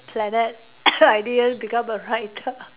planet I didn't become a writer